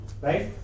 Right